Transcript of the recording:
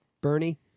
Bernie